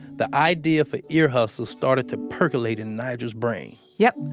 the idea for ear hustle started to percolate in nigel's brain yup.